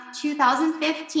2015